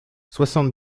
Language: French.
soixante